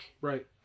Right